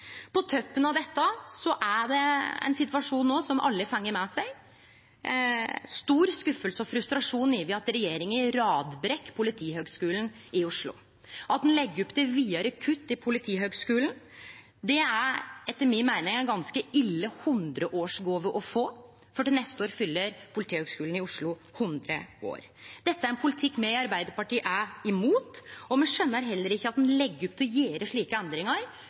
På toppen av dette er det no ein situasjon som alle har fått med seg – med stor skuffelse og frustrasjon – at regjeringa radbrekker Politihøgskulen i Oslo. At ein legg opp til vidare kutt i Politihøgskulen, er etter mi meining ei ganske ille hundreårsgåve å få, for til neste år fyller Politihøgskulen i Oslo 100 år. Dette er ein politikk me i Arbeidarpartiet er imot, og me skjønar heller ikkje at ein legg opp til å gjere slike endringar